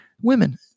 women